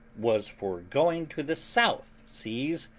was for going to the south seas,